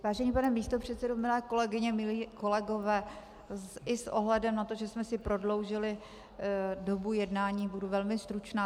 Vážený pane místopředsedo, milé kolegyně, milí kolegové, i s ohledem na to, že jsme si prodloužili dobu jednání, budu velmi stručná.